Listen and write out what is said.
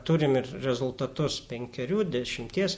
turim ir rezultatus penkerių dešimties